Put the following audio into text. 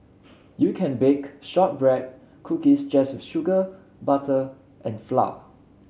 you can bake shortbread cookies just with sugar butter and flour